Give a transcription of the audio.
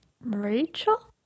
Rachel